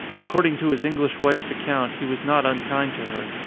according to his english wife's account he was not unkind to her.